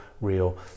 real